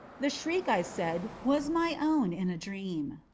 the shriek, i said, was my own in a dream.